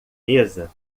mesa